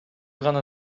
гана